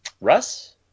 Russ